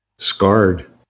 scarred